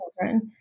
children